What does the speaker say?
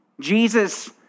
Jesus